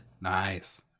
Nice